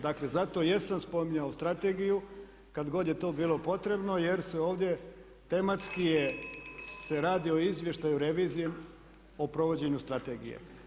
Dakle zato i jesam spominjao strategiju kad god je to bilo potrebno jer se ovdje tematski se radi o izvještaju revizije o provođenju strategije.